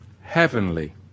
heavenly